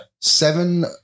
seven